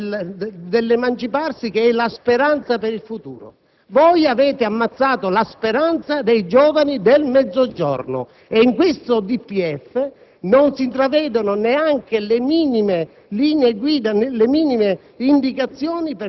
non possono neanche coltivare quella inconsistente ma fondamentale componente dell'emanciparsi che è rappresentata dalla speranza per il futuro. Voi avete ammazzato la speranza dei giovani del Mezzogiorno! Nel Documento di